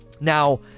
Now